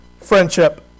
friendship